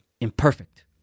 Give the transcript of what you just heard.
imperfect